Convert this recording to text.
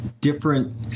different